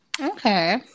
Okay